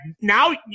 Now